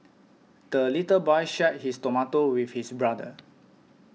the little boy shared his tomato with his brother